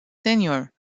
senior